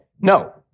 no